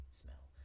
smell